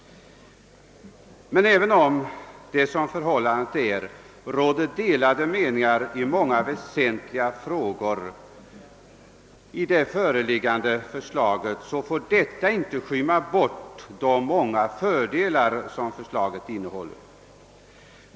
Men även om det råder delade meningar om många väsentliga frågor i det föreliggande förslaget — vilket är förhållandet — får inte de många fördelar som förslaget innehåller skymmas bort.